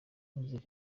muzika